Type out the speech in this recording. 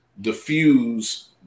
diffuse